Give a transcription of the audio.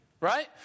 right